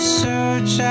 search